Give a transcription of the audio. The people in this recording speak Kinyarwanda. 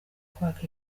kwaka